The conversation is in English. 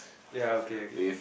ya okay okay